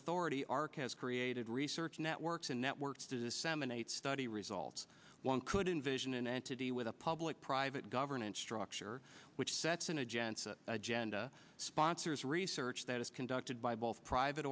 authority arc has created research networks and networks to disseminate study results one could envision an entity with a public private governance structure which sets an agenda agenda sponsors research that is conducted by both private